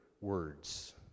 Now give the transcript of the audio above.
words